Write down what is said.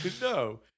No